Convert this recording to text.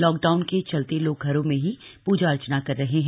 lockdown के चलते लोग घरों में ही पूजा अर्चना कर रहे हैं